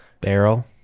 barrel